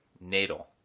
Natal